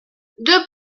deux